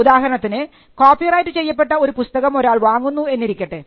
ഉദാഹരണത്തിന് കോപ്പിറൈറ്റ് ചെയ്യപ്പെട്ട ഒരു പുസ്തകം ഒരാൾ വാങ്ങുന്നു എന്നിരിക്കട്ടെ